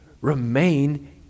remain